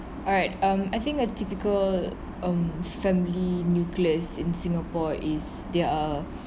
alright um I think a typical um family nuclears in singapore is there are